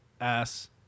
ass